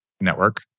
network